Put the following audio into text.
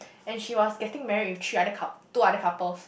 and she was getting married with three other cup~ two other couples